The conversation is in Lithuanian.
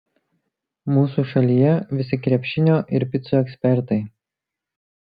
mūsų šalyje visi krepšinio ir picų ekspertai